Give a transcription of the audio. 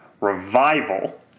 Revival